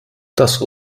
das